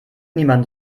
niemand